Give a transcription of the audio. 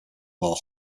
law